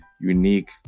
unique